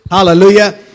Hallelujah